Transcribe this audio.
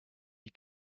wie